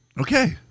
Okay